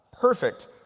perfect